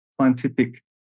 scientific